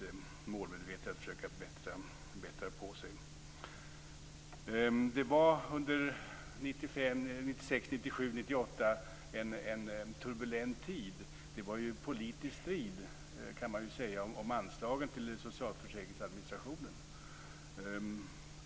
Det var under 1995, 1996, 1997 och 1998 en turbulent tid. Det var politisk strid, kan man ju säga, om anslagen till socialförsäkringsadministrationen.